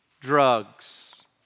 drugs